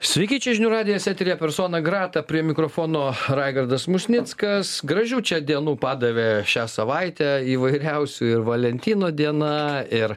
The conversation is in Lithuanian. sveiki čia žinių radijo eteryje persona grata prie mikrofono raigardas musnickas gražių čia dienų padavė šią savaitę įvairiausių ir valentino diena ir